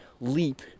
leap